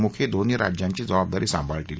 मुखी दोन्ही राज्यांची जबाबदारी सांभाळतील